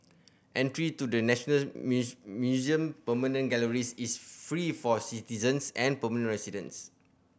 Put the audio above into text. entry to the National Museum permanent galleries is free for citizens and permanent residents